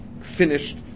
finished